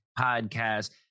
podcast